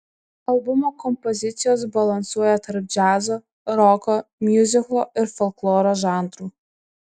albumo kompozicijos balansuoja tarp džiazo roko miuziklo ir folkloro žanrų